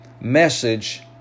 message